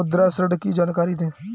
मुद्रा ऋण की जानकारी दें?